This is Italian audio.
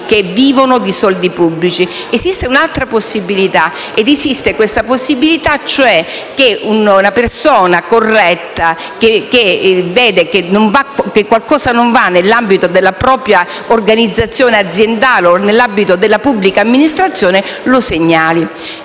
vivono di soldi pubblici. Esiste un'altra possibilità e, cioè, la segnalazione di una persona corretta che vede qualcosa che non va nell'ambito della propria organizzazione aziendale o nell'ambito della pubblica amministrazione.